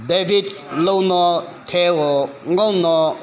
David ꯂꯧꯅꯥ ꯊꯦꯕ ꯉꯣꯉꯣ